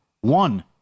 one